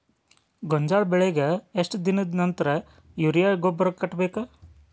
ಗೋಂಜಾಳ ಬೆಳೆಗೆ ಎಷ್ಟ್ ದಿನದ ನಂತರ ಯೂರಿಯಾ ಗೊಬ್ಬರ ಕಟ್ಟಬೇಕ?